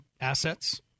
assets